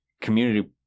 community